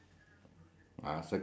uh